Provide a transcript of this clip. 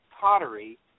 pottery